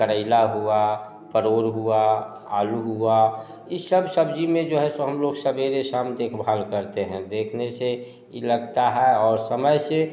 करेला हुआ परवल हुआ आलू हुआ इ सब सब्ज़ी में जो है सो हम लोग सबेरे शाम देखभाल करते हैं देखने से इ लगता है और समय से